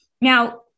Now